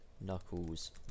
Knuckles